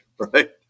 right